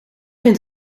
vind